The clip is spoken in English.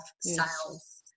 sales